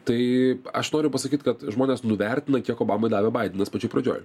tai aš noriu pasakyt kad žmonės nuvertina kiek obamai davė baidenas pačioj pradžioj